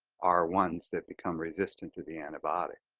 are ones that become resistant to the antibiotic.